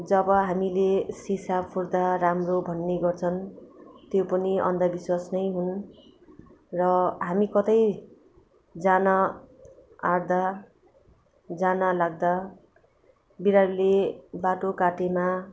जब हामीले सिसा फुट्दा राम्रो भन्ने गर्छन् त्यो पनि अन्धविश्वास नै हुन् र हामी कतै जान आँट्दा जान लाग्दा बिरालोले बाटो काटेमा